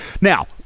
Now